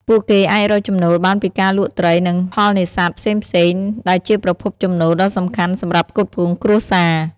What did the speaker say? ពួកគេអាចរកចំណូលបានពីការលក់ត្រីនិងផលនេសាទផ្សេងៗ ដែលជាប្រភពចំណូលដ៏សំខាន់សម្រាប់ផ្គត់ផ្គង់គ្រួសារ។